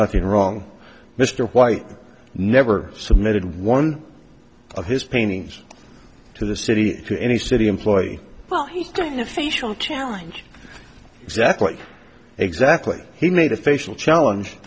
nothing wrong mr white never submitted one of his paintings to the city to any city employee to have facial challenge exactly exactly he made a facial challenge